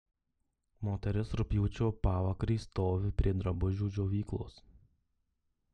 moteris rugpjūčio pavakarį stovi prie drabužių džiovyklos